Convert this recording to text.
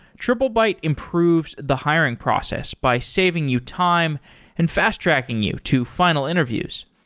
triplebyte improves the hiring process by saving you time and fast-tracking you to final interviews.